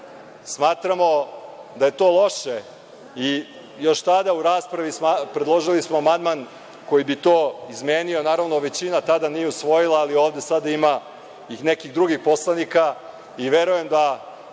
Smatramo da je to loše. Još tada u raspravi predložili smo amandman koji bi to izmenio. Naravno, većina tada nije usvojila, ali ovde sada ima i nekih drugih poslanika i verujem da